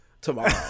tomorrow